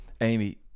Amy